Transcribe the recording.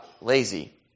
lazy